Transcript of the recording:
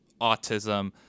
autism